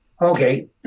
Okay